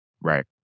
Right